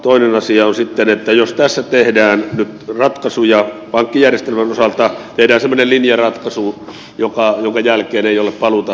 toinen asia on sitten että jos tässä tehdään nyt ratkaisuja pankkijärjestelmän osalta tehdään semmoinen linjaratkaisu jonka jälkeen ei ole paluuta ylipäänsä oikein mistään